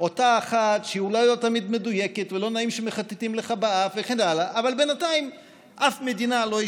דרך אגב, קיבלתי